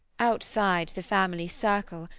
outside the family circle,